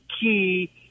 key